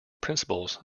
principles